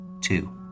Two